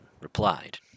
replied